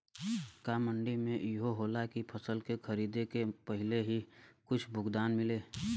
का मंडी में इहो होला की फसल के खरीदे के पहिले ही कुछ भुगतान मिले?